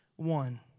one